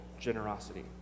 generosity